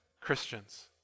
Christians